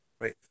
right